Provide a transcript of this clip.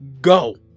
Go